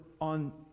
on